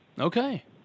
Okay